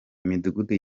imidugudu